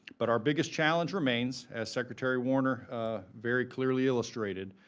but our biggest challenge remains, as secretary warner very clearly illustrated,